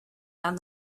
down